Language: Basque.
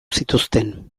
zituzten